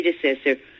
predecessor